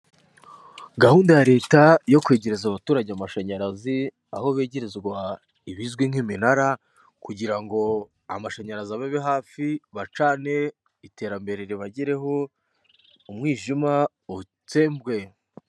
Gahunda ya leta yo kwegereza abaturage amashanyarazi, aho begerezwa ibizwi nk'iminara kugirango amashanyarazi ababe hafi, bacane iterambere ribagereho umwijima utsembwe.